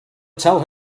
tell